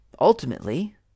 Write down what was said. ultimately